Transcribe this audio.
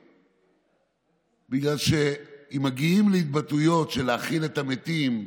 בגלל שאם מגיעים להתבטאויות "להכיל את המתים"